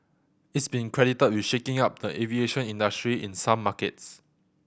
it's been credited with shaking up the aviation industry in some markets